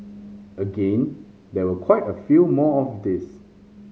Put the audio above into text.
again there were quite a few more of these